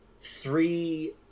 three